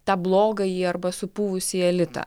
tą blogąjį arba supuvusį elitą